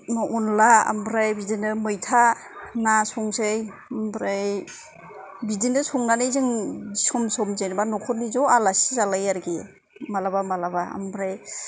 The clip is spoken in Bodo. अनद्ला आमफ्राय बिदिनो मैथा ना संसै ओमफ्राइ बिदिनो संनानै जों सम सम जेनेबा न'खरनि ज' आलासि जालायो आरोखि मालाबा मालाबा ओमफ्राइ